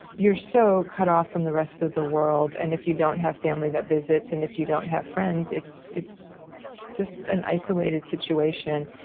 you're so cut off from the rest of the world. and if you don't have family that visits, and if you don't have friends, it's it's just an isolated situation.